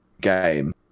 game